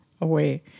away